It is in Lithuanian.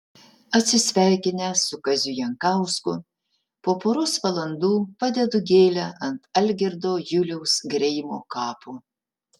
atsisveikinęs su kaziu jankausku po poros valandų padedu gėlę ant algirdo juliaus greimo kapo